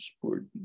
support